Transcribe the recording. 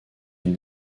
une